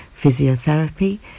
physiotherapy